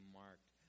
marked